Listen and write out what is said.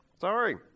sorry